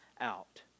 out